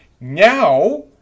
Now